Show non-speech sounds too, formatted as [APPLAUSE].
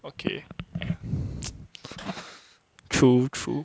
okay [NOISE] true true